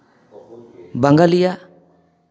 ᱵᱟᱝᱜᱟᱞᱤᱭᱟᱜ